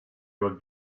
were